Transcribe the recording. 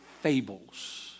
fables